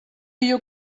you